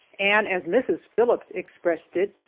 and, as mrs. phillips expressed it,